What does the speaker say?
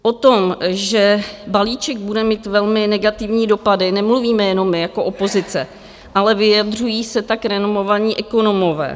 O tom, že balíček bude mít velmi negativní dopady, nemluvíme jenom my jako opozice, ale vyjadřují se tak renomovaní ekonomové.